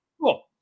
Cool